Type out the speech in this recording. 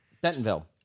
Bentonville